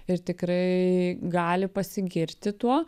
ir tikrai gali pasigirti tuo